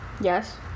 Yes